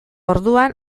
orduan